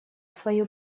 свою